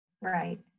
right